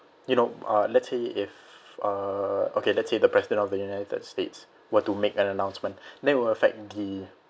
you know uh let's say if uh okay let's say the president of the united states were to make an announcement then it will affect the